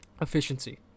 Efficiency